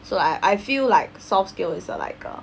so I I feel like soft skill is like uh